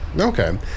Okay